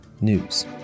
news